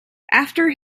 after